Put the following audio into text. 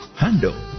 handle